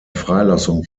freilassung